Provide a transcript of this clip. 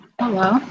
Hello